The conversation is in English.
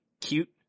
cute